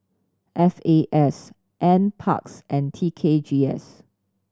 F A S N Parks and T K G S